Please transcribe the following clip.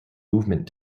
movement